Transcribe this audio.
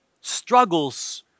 struggles